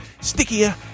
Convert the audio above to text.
stickier